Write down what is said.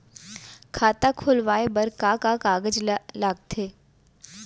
खाता खोलवाये बर का का कागज ल लगथे?